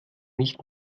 nicht